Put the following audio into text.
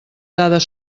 dades